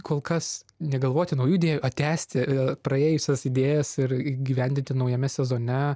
kol kas negalvoti naujų idėjų o tęsti praėjusias idėjas ir įgyvendinti naujame sezone